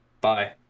Bye